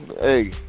hey